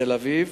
בתל-אביב,